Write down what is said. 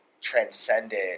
transcended